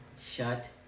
shut